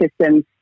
system's